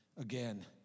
again